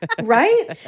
Right